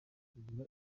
kugura